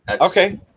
Okay